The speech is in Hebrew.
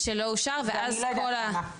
שלא אושר, ואז כל --- ואני לא יודעת למה.